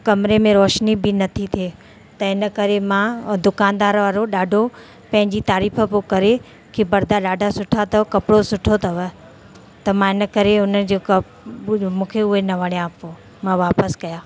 कमरे में रोशनी बि न थी थिए त इन करे मां दुकानदार वारो ॾाढो पंहिंजी तारीफ़ पियो करे की परदा ॾाढा सुठा अथव त मां इन करे उन जेको मूंखे उहे न वणिया पोइ मां वापसि कया